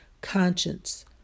Conscience